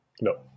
No